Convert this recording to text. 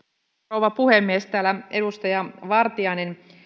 rouva puhemies täällä edustaja vartiainen